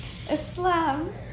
Islam